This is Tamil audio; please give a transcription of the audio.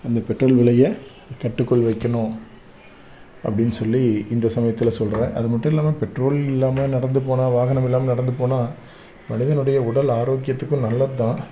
அந்த பெட்ரோல் விலையை கட்டுக்குள் வைக்கணும் அப்படின்னு சொல்லி இந்த சமயத்தில் சொல்லுறேன் அது மட்டும் இல்லாமல் பெட்ரோல் இல்லாமல் நடந்து போனால் வாகனம் இல்லாமல் நடந்து போனால் மனிதனுடைய உடல் ஆரோக்கியத்துக்கும் நல்லது தான்